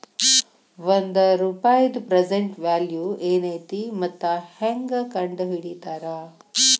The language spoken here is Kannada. ಒಂದ ರೂಪಾಯಿದ್ ಪ್ರೆಸೆಂಟ್ ವ್ಯಾಲ್ಯೂ ಏನೈತಿ ಮತ್ತ ಹೆಂಗ ಕಂಡಹಿಡಿತಾರಾ